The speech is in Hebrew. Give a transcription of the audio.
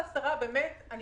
השרה, אני